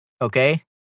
Okay